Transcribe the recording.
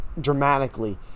dramatically